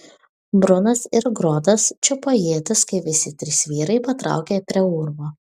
brunas ir grodas čiupo ietis kai visi trys vyrai patraukė prie urvo